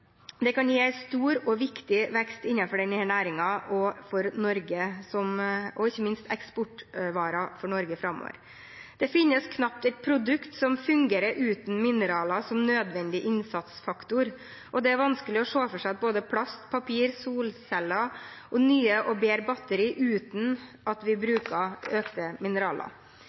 Det kan gi en stor og viktig vekst innenfor denne næringen – og ikke minst eksportvarer for Norge framover. Det finnes knapt et produkt som fungerer uten mineraler som nødvendig innsatsfaktor. Det er vanskelig å se for seg både plast, papir, solceller og nye og bedre batterier uten bruk av mineraler. Når vi kjører på veien, tenker vi muligens ikke på at vi